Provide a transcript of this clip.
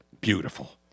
Beautiful